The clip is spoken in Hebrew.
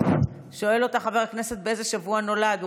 שואל אותך חבר הכנסת באיזה שבוע נולדת,